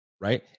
right